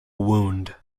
wound